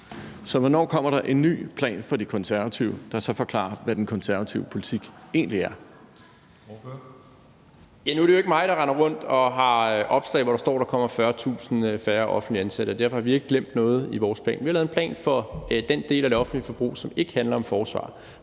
Kl. 14:04 Formanden (Henrik Dam Kristensen): Ordføreren. Kl. 14:04 Rasmus Jarlov (KF): Nu er det jo ikke mig, der render rundt og har opslag, hvor der står, at der kommer 40.000 færre offentligt ansatte, og derfor har vi ikke glemt noget i vores plan. Vi har lavet en plan for den del af det offentlige forbrug, som ikke handler om forsvaret.